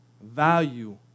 value